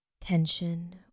tension